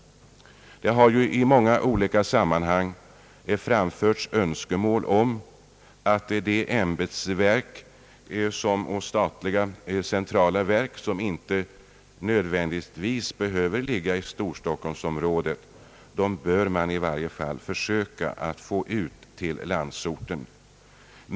I många olika sammanhang har ju önskemål framförts om att de statliga organ, som inte nödvändigtvis behöver ligga i storstockholmsområdet, bör man i varje fall försöka placera ute i landet.